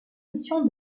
notion